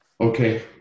Okay